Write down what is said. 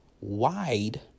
wide